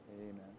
Amen